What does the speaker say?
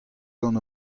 gant